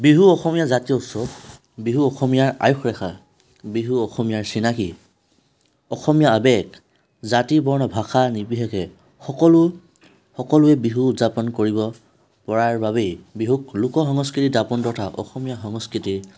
বিহু অসমীয়া জাতীয় উৎসৱ বিহু অসমীয়া আয়ুস ৰেখা বিহু অসমীয়াৰ চিনাকি অসমীয়া আৱেগ জাতি বৰ্ণ ভাষা নিৰ্বিশেষে সকলো সকলোৱে বিহু উদযাপন কৰিব পৰাৰ বাবেই বিহুক লোক সংস্কৃতিৰ দাপোণ তথা অসমীয়া সংস্কৃতিৰ